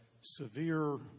severe